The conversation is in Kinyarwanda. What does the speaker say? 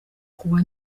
kuwa